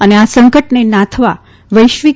અને આ સંકટને નાથવા વૈશ્વિક